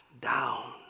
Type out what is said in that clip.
down